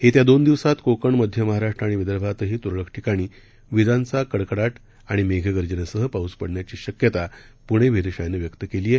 येत्या दोन दिवसात कोकण मध्य महाराष्ट्र आणि विदर्भातही तुरळक ठिकाणी विजांचा कडकडाट आणि मेघगर्जनेसह पाऊस पडण्याची शक्यता पुणे वेधशाळेनं व्यक्त केली आहे